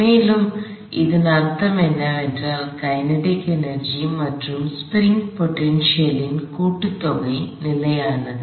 மேலும் இதன் அர்த்தம் என்னவென்றால் கினெடிக் எனர்ஜி மற்றும் ஸ்பிரிங் போடென்சியல் ன் கூட்டுத்தொகை நிலையானது